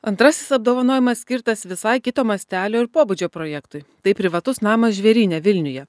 antrasis apdovanojimas skirtas visai kito mastelio ir pobūdžio projektui tai privatus namas žvėryne vilniuje